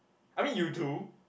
I mean you do